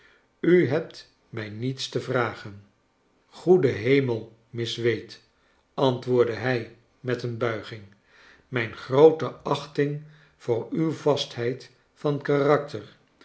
u hebt mij niets te vragen goede hemel miss wade antwoordde hij met een buiging mijn groote achting voor uw vastheid van karakter